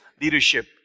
leadership